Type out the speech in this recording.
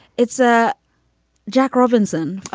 it's a jack robinson,